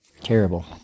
Terrible